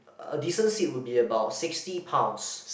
a decent seat would be about sixty pounds